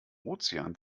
ozean